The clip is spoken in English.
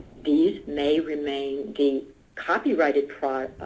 these may remain the copyrighted